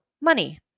money